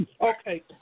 Okay